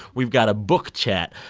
we've got a book chat.